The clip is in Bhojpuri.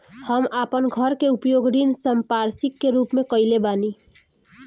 हम आपन घर के उपयोग ऋण संपार्श्विक के रूप में कइले बानी